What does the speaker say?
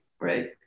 Right